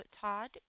Todd